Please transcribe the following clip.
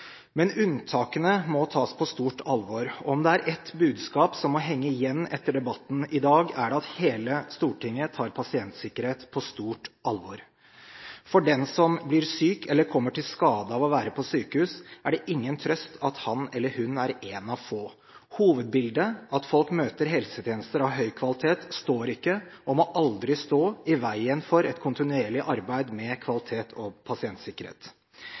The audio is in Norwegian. Men unntakene må tas på stort alvor. Om det er ett budskap som må henge igjen etter debatten i dag, er det at hele Stortinget tar pasientsikkerhet på stort alvor. For den som blir syk eller kommer til skade av å være på sykehus, er det ingen trøst at han eller hun er en av få. Hovedbildet, at folk møter helsetjenester av høy kvalitet, står ikke, og må aldri stå, i veien for et kontinuerlig arbeid med kvalitet og pasientsikkerhet.